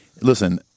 Listen